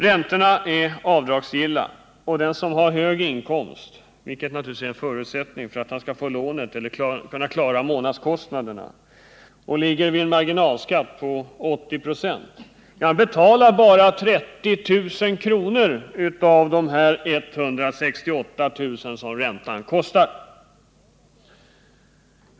Räntorna är avdragsgilla, och den som har hög inkomst — vilket naturligtvis är en förutsättning för att han skall få lånet eller kunna klara månadskostnaderna — och ligger vid en marginalskatt på 80 96, betalar endast ca 30 000 av de 168 000 som räntorna kostar.